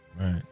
Right